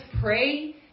pray